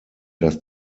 dass